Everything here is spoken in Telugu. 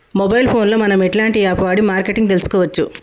మొబైల్ ఫోన్ లో మనం ఎలాంటి యాప్ వాడి మార్కెటింగ్ తెలుసుకోవచ్చు?